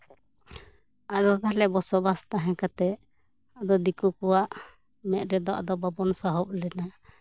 ᱟᱫᱚ ᱛᱟᱦᱚᱞᱮ ᱵᱚᱥᱚᱵᱟᱥ ᱛᱟᱦᱮᱸ ᱠᱟᱛᱮᱜ ᱟᱫᱚ ᱫᱤᱠᱩ ᱠᱚᱣᱟᱜ ᱢᱮᱫ ᱨᱮᱫᱚ ᱟᱫᱚ ᱵᱟᱵᱚᱱ ᱥᱟᱦᱚᱵ ᱞᱮᱱᱟ